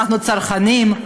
אנחנו צרכנים.